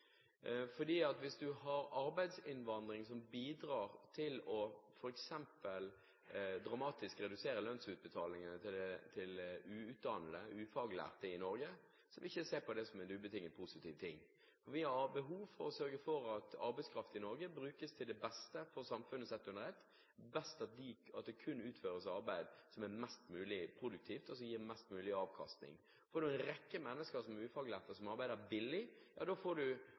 hvis man har arbeidsinnvandring som bidrar til f.eks. dramatisk å redusere lønnsutbetalingene til uutdannede og ufaglærte i Norge, vil jeg ikke se på det som ubetinget positivt. Vi har behov for å sørge for at arbeidskraft i Norge brukes til det beste for samfunnet sett under ett. Det er best at det kun utføres arbeid som er mest mulig produktivt, og som gir mest mulig avkastning. Får man en rekke ufaglærte mennesker som arbeider billig, får man håndvask av bil-priser, sånn som